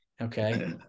Okay